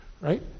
right